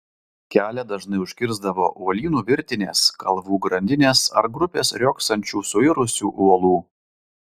kelią dažnai užkirsdavo uolynų virtinės kalvų grandinės ar grupės riogsančių suirusių uolų